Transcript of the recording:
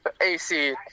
AC